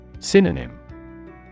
Synonym